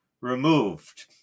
removed